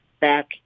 back